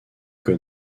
que